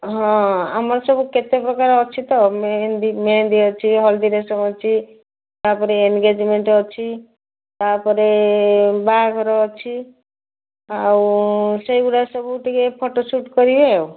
ହଁ ଆମର ସବୁ କେତେ ପ୍ରକାର ଅଛି ତ ମେହେନ୍ଦି ମେହେନ୍ଦି ଅଛି ହଳଦୀ ରେସମ୍ ଅଛି ତା'ପରେ ଏନଗେଜମେଣ୍ଟ ଅଛି ତା'ପରେ ବାହାଘର ଅଛି ଆଉ ସେଇଗୁଡ଼ା ସବୁ ଟିକେ ଫଟୋ ସୁଟ୍ କରିବେ ଆଉ